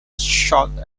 shot